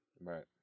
Right